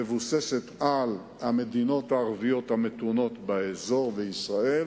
מבוססת על המדינות הערביות המתונות באזור וישראל